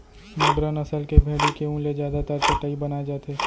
मगरा नसल के भेड़ी के ऊन ले जादातर चटाई बनाए जाथे